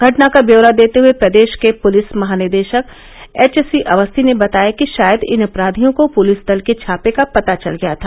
घटना का व्यौरा देते हुए प्रदेश के पुलिस महानिदेशक एच सी अवस्थी ने बताया कि शायद इन अपराधियों को पुलिस दल के छापे का पता चल गया था